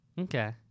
Okay